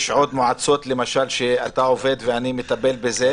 יש עוד מועצות שאתה עובד ואני מטפל בזה.